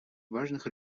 важных